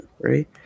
right